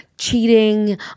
cheating